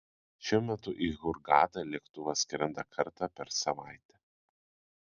šiuo metu į hurgadą lėktuvas skrenda kartą per savaitę